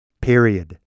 period